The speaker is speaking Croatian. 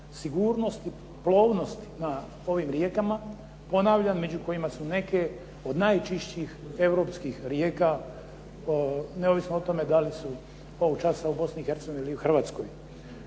sigurnosti plovnostima ovim rijekama, ponavljam, među kojima su neke od najčišćih europskih rijeka, neovisno da li su ovog časa u Bosni i Hercegovini